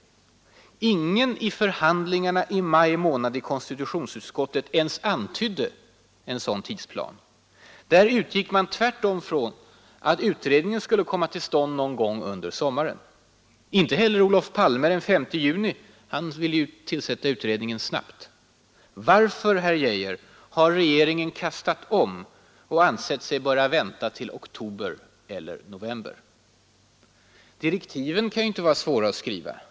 Ingen i förhandlingarna under maj månad i konstitutionsutskottet ens antydde en sådan tidsplan. Där utgick man tvärtom från att utredningen skulle komma till stånd någon gång under sommaren. Inte heller Olof Palme antydde det den 5 juni — han ville ju tillsätta utredningen ”snabbt”. Varför, herr Geijer, har regeringen kastat om och ansett sig böra vänta till oktober eller november? Direktiven kan inte vara svåra att skriva.